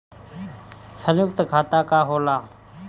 सयुक्त खाता का होला?